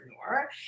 entrepreneur